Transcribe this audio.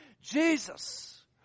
Jesus